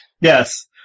Yes